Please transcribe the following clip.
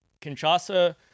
Kinshasa